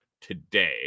today